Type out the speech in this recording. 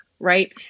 right